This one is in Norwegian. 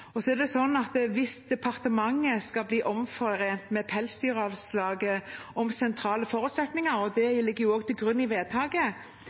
Hvis departementet skal bli omforent med Pelsdyralslaget om sentrale forutsetninger, og det ligger også til grunn i vedtaket